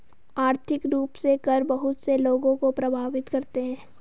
आर्थिक रूप से कर बहुत से लोगों को प्राभावित करते हैं